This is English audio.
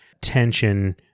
tension